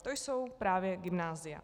To jsou právě gymnázia.